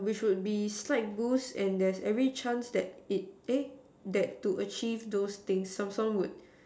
which would be slight boost and there's every chance that it eh that to achieve those thing some some would